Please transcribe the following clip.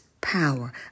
power